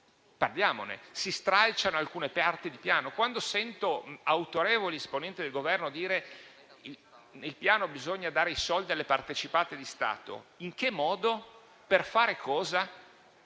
Parliamone. Si stralciano alcune parti di Piano? Quando sento autorevoli esponenti del Governo dire che nel Piano bisogna dare i soldi alle partecipate di Stato, chiedo: in che modo? Per fare cosa?